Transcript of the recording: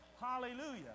hallelujah